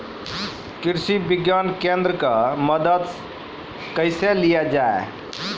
कृषि विज्ञान केन्द्रऽक से मदद कैसे लिया जाय?